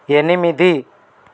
ఎనిమిది